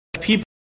people